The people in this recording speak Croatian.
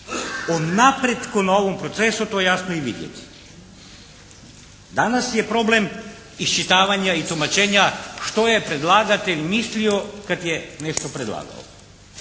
o napretku na ovom procesu to jasno i vidjeti.» Danas je problem iščitavanja i tumačenja što je predlagatelj mislio kad je nešto predlagao?